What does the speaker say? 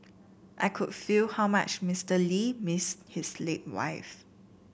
I could feel how much Mister Lee missed his late wife